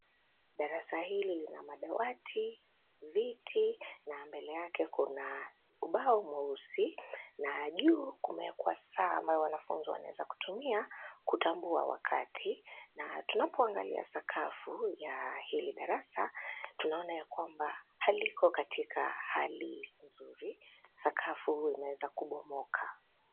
Darasa hili lina madawati, viti na mbele yake kuna ubao mweusi, na juu kumeekwa saa ambayo wanafunzi wanaweza kutumia kutambua wakati, na tunapoangalia sakafu ya hili darasa, tunaona ya kwamba haliko katika hali nzuri, sakafu imeweza kubomoka.